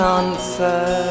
answer